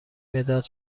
مداد